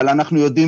אבל אנחנו יודעים